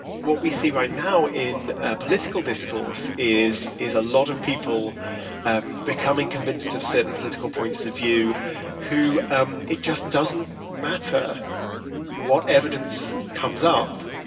what we see right now in political discourse is is a lot of people um becoming convinced of certain political points of view who um it just doesn't matter what evidence comes up.